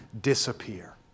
disappear